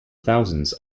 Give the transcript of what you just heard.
thousands